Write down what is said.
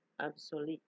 Absolute